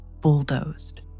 bulldozed